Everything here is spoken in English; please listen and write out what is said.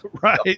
Right